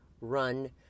run